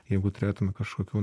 jeigu turėtum kažkokių